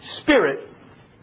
spirit